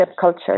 culture